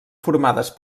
formades